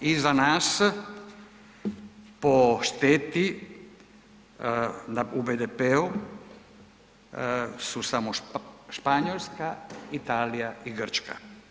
Iza nas po šteti u BDP-u su samo Španjolska, Italija i Grčka.